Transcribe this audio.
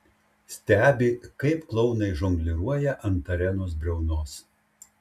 stebi kaip klounai žongliruoja ant arenos briaunos